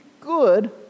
good